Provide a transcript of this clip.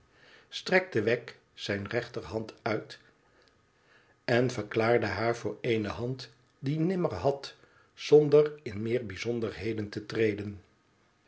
strekte wegg zijne rechterhand uit en verklaarde haar voor eene hand die nimmer had zonder in meer bijzonderheden te treden